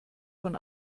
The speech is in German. von